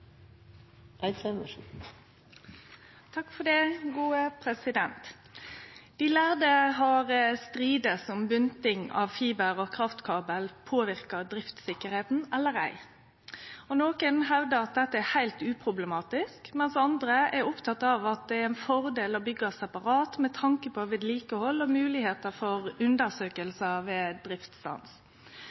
kraftkabel påverkar driftssikkerheita eller ei. Nokon hevdar at dette er heilt uproblematisk, mens andre er opptekne av at det er ein fordel å byggje separat med tanke på vedlikehald og moglegheiter for undersøkingar ved driftsstans.